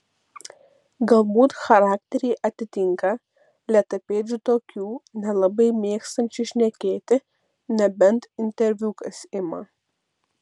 galbūt charakteriai atitinka lėtapėdžių tokių nelabai mėgstančių šnekėti nebent interviu kas ima